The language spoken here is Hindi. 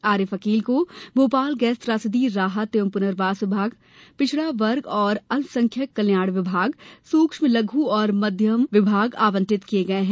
आरिफ अकील को भोपाल गैस त्रासदी राहत एवं पुनर्वास विभाग पिछड़ा वर्ग एवं अल्पसंख्यक कल्याण विभाग सूक्ष्म लघु और मध्यम उद्यम विभाग आवंटित किये गये है